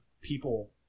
people